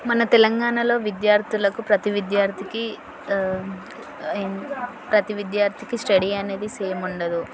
మన తెలంగాణలో విద్యార్థులకు ప్రతి విద్యార్థికి ప్రతి విద్యార్థికి స్టడీ అనేది సేమ్ ఉండదు